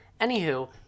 Anywho